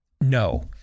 no